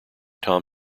tom